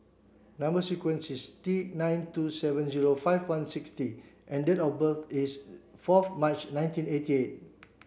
number sequence is T nine two seven zero five one six T and date of birth is fourth March nineteen eighty eight